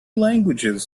languages